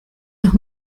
los